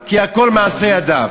כי הכול מעשה ידיו.